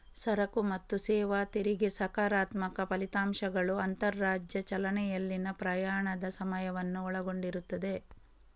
ಸರಕು ಮತ್ತು ಸೇವಾ ತೆರಿಗೆ ಸಕಾರಾತ್ಮಕ ಫಲಿತಾಂಶಗಳು ಅಂತರರಾಜ್ಯ ಚಲನೆಯಲ್ಲಿನ ಪ್ರಯಾಣದ ಸಮಯವನ್ನು ಒಳಗೊಂಡಿರುತ್ತದೆ